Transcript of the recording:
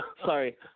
sorry